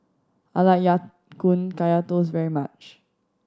I like Ya Kun Kaya Toast very much